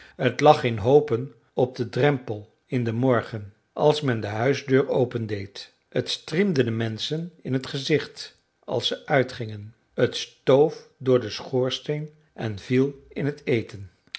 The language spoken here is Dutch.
lag in hoopen op den drempel in den morgen als men de huisdeur open deed t striemde de menschen in t gezicht als ze uitgingen t stoof door den schoorsteen en viel in het eten